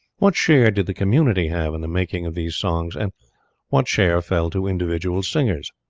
what share did the community have in the making of these songs, and what share fell to individual singers?